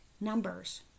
numbers